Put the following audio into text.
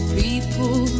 people